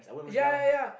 ya ya ya